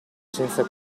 senza